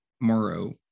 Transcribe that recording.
Morrow